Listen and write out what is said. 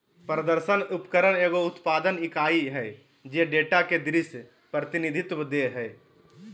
प्रदर्शन उपकरण एगो उत्पादन इकाई हइ जे डेटा के दृश्य प्रतिनिधित्व दे हइ